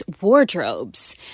wardrobes